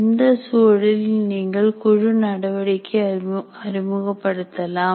எந்த சூழலில் நீங்கள் குழு நடவடிக்கையை அறிமுகப்படுத்தலாம்